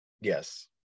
Yes